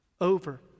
over